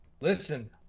Listen